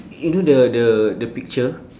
you know the the the picture